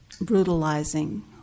brutalizing